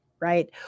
right